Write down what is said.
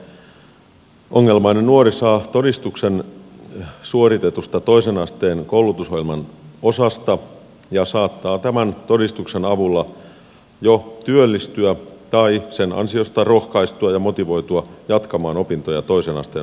tällä tavalla ongelmainen nuori saa todistuksen suoritetusta toisen asteen koulutusohjelman osasta ja saattaa tämän todistuksen avulla jo työllistyä tai sen ansiosta rohkaistua ja motivoitua jatkamaan opintoja toisen asteen oppilaitoksessa